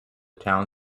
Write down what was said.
town